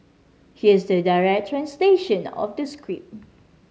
here's the direct translation of the script